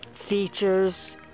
Features